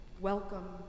welcome